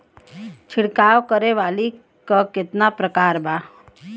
छिड़काव करे वाली क कितना प्रकार बा?